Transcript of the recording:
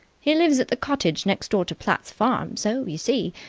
he lives at the cottage next door to platt's farm, so, you see,